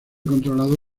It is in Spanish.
controlado